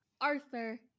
Arthur